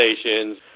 stations